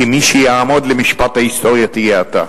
כי מי שיעמוד למשפט ההיסטוריה יהיה אתה.